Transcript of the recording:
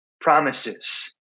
promises